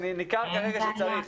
וניכר כרגע שנצטרך.